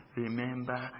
remember